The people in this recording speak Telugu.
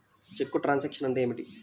చెక్కు ట్రంకేషన్ అంటే ఏమిటి?